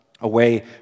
away